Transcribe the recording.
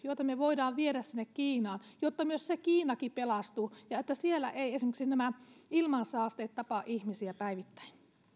joita me voimme viedä kiinaan jotta myös kiina pelastuu ja jotta siellä eivät esimerkiksi ilmansaasteet tapa ihmisiä päivittäin